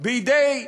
בידי מיליארדר,